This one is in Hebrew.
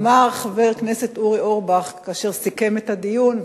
אמר חבר הכנסת אורי אורבך כאשר סיכם את הדיון: